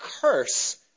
curse